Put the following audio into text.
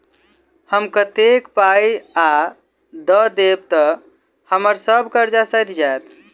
हम कतेक पाई आ दऽ देब तऽ हम्मर सब कर्जा सैध जाइत?